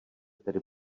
tedy